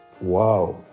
Wow